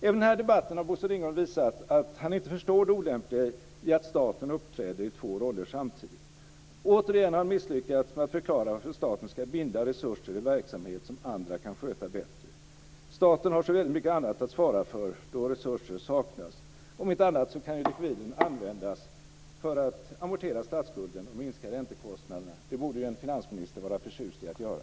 Även i den här debatten har Bosse Ringholm visat att han inte förstår det olämpliga i att staten uppträder i två roller samtidigt. Återigen har han misslyckats med att förklara varför staten ska binda resurser i verksamhet som andra kan sköta bättre. Staten har så väldigt mycket annat att svara för då resurser saknas, om inte annat kan likviden användas för att amortera statsskulden och minska räntekostnaderna. Det borde en finansminister vara förtjust i att göra.